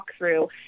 walkthrough